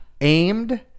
aimed